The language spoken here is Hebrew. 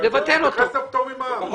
לבטל אותו.